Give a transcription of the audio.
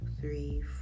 three